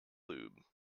lube